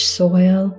soil